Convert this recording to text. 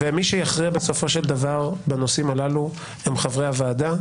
מי שיכריע בסופו של דבר בנושאים הללו הם חברי הוועדה,